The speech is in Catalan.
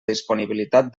disponibilitat